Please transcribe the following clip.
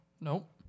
Nope